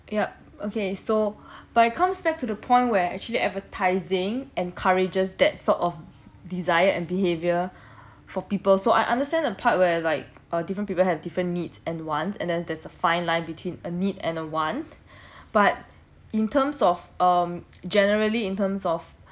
yup okay so by comes back to the point where actually advertising encourages that sort of desire and behaviour for people so I understand the part where like uh different people have different needs and wants and then there's a fine line between a need and a want but in terms of um generally in terms of